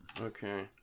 Okay